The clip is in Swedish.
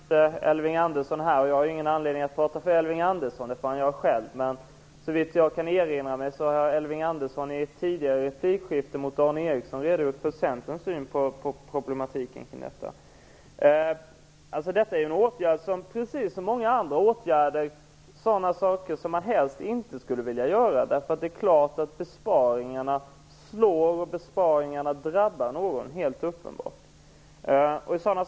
Herr talman! Nu är ju inte Elving Andersson här. Jag har ingen anledning att tala för Elving Andersson, utan jag talar för mig själv. Såvitt jag kan erinra mig har Elving Andersson i ett tidigare replikskifte med Dan Ericsson redogjort för Centerns syn på problematiken kring detta. Detta är en åtgärd som precis som många andra åtgärder är sådant som man helst inte skulle vilja göra. Det är klart att besparingarna slår, och besparingarna drabbar helt uppenbart någon.